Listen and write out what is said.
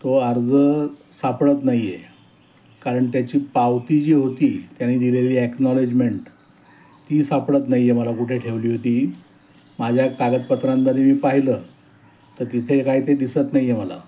तो अर्ज सापडत नाईये कारण त्याची पावती जी होती त्यानी दिलेली ॲक्नॉलेजमेंट ती सापडत नाही आहे मला कुठे ठेवली होती माझ्या कागदपत्रांमध्ये मी पाहिलं तर तिथे काय ते दिसत नाही आहे मला